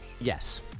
Yes